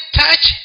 touch